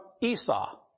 Esau